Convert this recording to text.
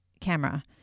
camera